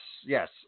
yes